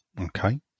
Okay